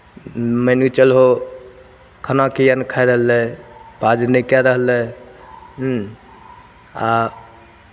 मानि कऽ चलहो खाना किए नहि खा रहलै पाजु नहि कए रहलै आ